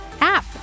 app